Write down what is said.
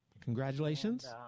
Congratulations